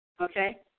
Okay